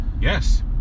Yes